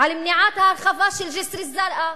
על מניעת ההרחבה של ג'סר-א-זרקא,